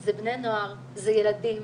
אלה בני נוער, אלה ילדים,